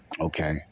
okay